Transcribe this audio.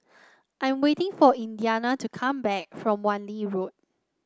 I'm waiting for Indiana to come back from Wan Lee Road